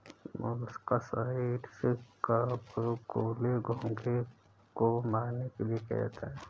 molluscicides का उपयोग गोले, घोंघे को मारने के लिए किया जाता है